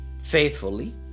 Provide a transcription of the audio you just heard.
faithfully